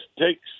takes